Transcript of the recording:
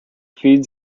feeds